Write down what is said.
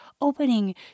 opening